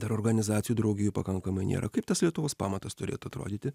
dar organizacijų draugijų pakankamai nėra kaip tas lietuvos pamatas turėtų atrodyti